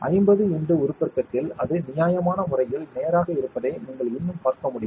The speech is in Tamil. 50 x உருப்பெருக்கத்தில் அது நியாயமான முறையில் நேராக இருப்பதை நீங்கள் இன்னும் பார்க்க முடியும்